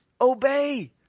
obey